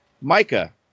Micah